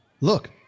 Look